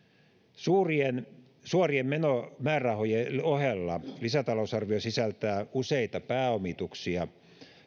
suorien suorien määrärahojen ohella lisätalousarvio sisältää useita pääomituksia